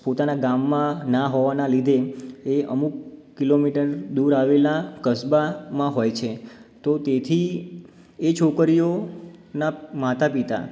પોતાના ગામમાં ના હોવાનાં લીધે એ અમુક કિલોમીટર દૂર આવેલાં કસ્બામાં હોય છે તો તેથી એ છોકરીઓનાં માતા પિતા